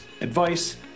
advice